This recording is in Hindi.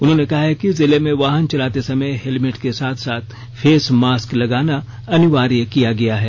उन्होंने कहा हे कि जिले में वाहन चलाते समय हेलमेट के साथ साथ फेस मास्क लगाना अनिवार्य किया गया है